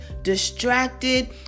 distracted